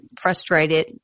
frustrated